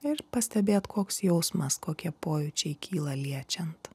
ir pastebėt koks jausmas kokie pojūčiai kyla liečiant